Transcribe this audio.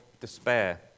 despair